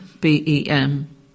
BEM